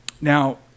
Now